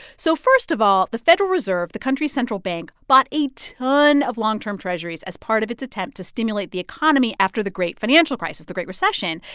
so first of all, the federal reserve, the country's central bank, bought a ton of long-term treasurys as part of its attempt to stimulate the economy after the great financial crisis, the great recession.